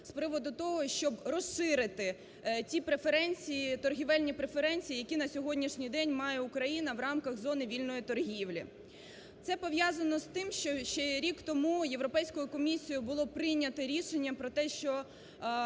з приводу того, щоб розширити ті преференції, торгівельні преференції, які на сьогоднішній день має Україна в рамках зони вільної торгівлі. Це пов'язано з тим, що ще рік тому Європейською комісією було прийнято рішення про те, що